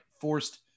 forced